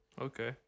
okay